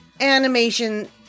animation